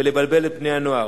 ולבלבל את בני-הנוער.